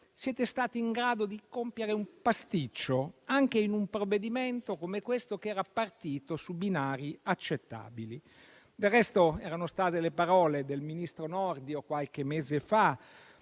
siete stati in grado di compiere un pasticcio, anche in un provvedimento come questo che era partito su binari accettabili. Del resto, erano state le parole del ministro Nordio, qualche mese fa,